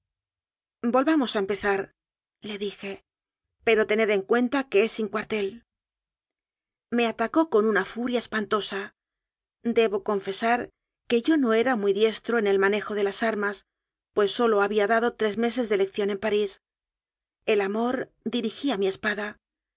volvamos a empezarle dije pero tened en cuenta que es sin cuartel me atacó con una furia espan tosa debo confesar que yo no era muy diestro en el manejo de las armas pues sólo había dado tres meses de lección en parís el amor dirigía mi espada